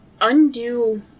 undo